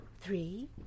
Three